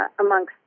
amongst